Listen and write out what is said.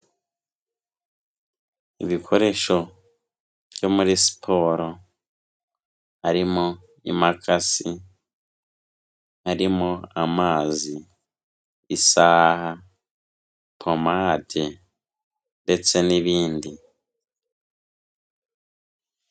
Ibikoresho byo muri siporo, harimo imakasi, harimo amazi, isaha, pomade ndetse n'ibindi.